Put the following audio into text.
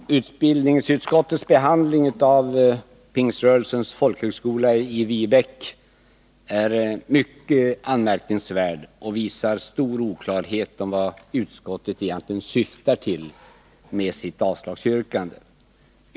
Fru talman! Utbildningsutskottets behandling av frågan om Pingströrelsens folkhögskola i Viebäck är mycket anmärkningsvärd och visar stor oklarhet om vad utskottet egentligen syftar till med sitt avslagsyrkande.